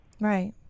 right